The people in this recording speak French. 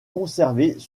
conservés